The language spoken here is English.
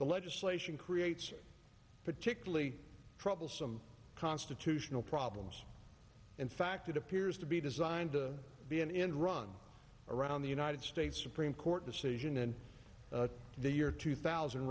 the legislation creates particularly troublesome constitutional problems in fact it appears to be designed to be an in run around the united states supreme court decision in the year two thousand